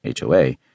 HOA